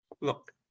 look